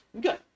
Good